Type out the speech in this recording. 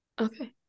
Okay